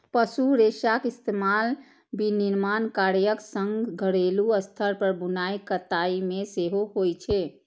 पशु रेशाक इस्तेमाल विनिर्माण कार्यक संग घरेलू स्तर पर बुनाइ कताइ मे सेहो होइ छै